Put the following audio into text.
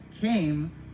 came